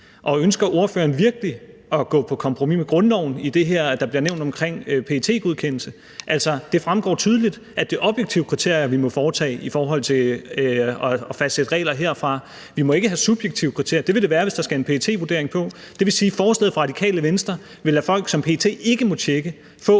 Ønsker ordføreren virkelig at gå på kompromis med grundloven i det her, der bliver nævnt, om PET-godkendelse? Det fremgår tydeligt, at det er objektive kriterier, vi må bruge i forhold til at fastsætte regler herfra. Vi må ikke have subjektive kriterier. Det vil det være, hvis der skal en PET-vurdering på. Det vil sige, at Radikale Venstre med forslaget vil lade folk, som PET ikke må tjekke, få